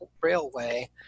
railway